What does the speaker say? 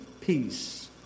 peace